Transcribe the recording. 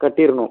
கட்டிடணும்